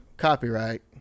copyright